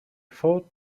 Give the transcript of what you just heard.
fought